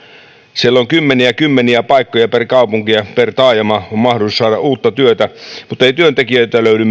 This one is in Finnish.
siellä on kymmeniä ja kymmeniä paikkoja per kaupunki ja per taajama on mahdollisuus saada uutta työtä mutta ei työntekijöitä löydy